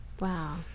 Wow